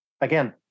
Again